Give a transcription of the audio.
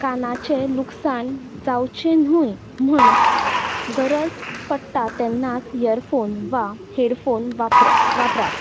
कानाचे लुकसाण जावचें न्हय म्हण गरज पडटा तेन्नाच इयरफोन वा हेडफोन वापर वापरात